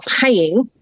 paying